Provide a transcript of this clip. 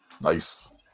Nice